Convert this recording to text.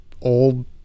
old